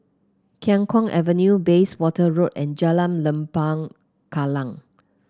Khiang Guan Avenue Bayswater Road and Jalan Lembah Kallang